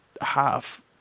half